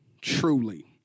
truly